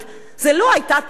זאת לא היתה תיאוריה.